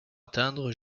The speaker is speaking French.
atteindre